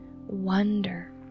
wonder